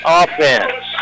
offense